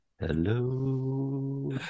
Hello